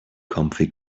comfy